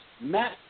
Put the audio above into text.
Matt